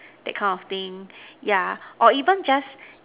that kind of thing yeah or even just